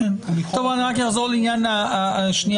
אני רק אחזור לעניין הפריימריז